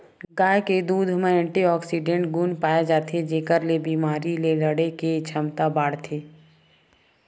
गाय के दूद म एंटीऑक्सीडेंट गुन पाए जाथे जेखर ले बेमारी ले लड़े के छमता बाड़थे